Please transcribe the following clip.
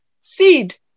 seed